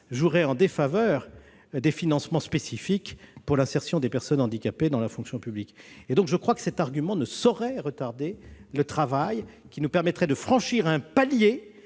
jouerait en défaveur des financements spécifiques pour l'insertion des personnes handicapées dans la fonction publique. Cet argument ne saurait retarder ce travail devant nous permettre de franchir un palier